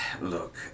Look